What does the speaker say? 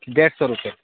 دیڑھ سو روپئے